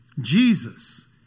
Jesus